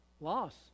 loss